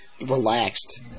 relaxed